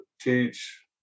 teach